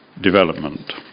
Development